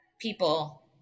people